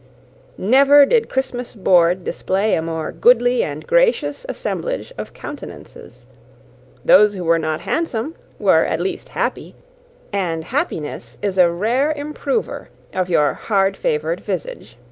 never did christmas board display a more goodly and gracious assemblage of countenances those who were not handsome were, at least, happy and happiness is a rare improver of your hard-favoured visage.